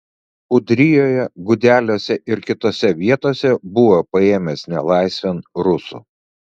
ūdrijoje gudeliuose ir kitose vietose buvau paėmęs nelaisvėn rusų